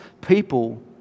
people